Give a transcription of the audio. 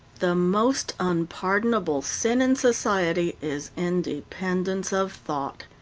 the most unpardonable sin in society is independence of thought.